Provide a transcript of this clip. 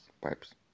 pipes